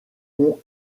ont